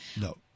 No